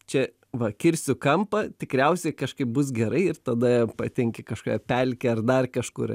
čia va kirsiu kampą tikriausiai kažkaip bus gerai ir tada patenki kažkokią pelkę ar dar kažkur